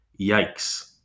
Yikes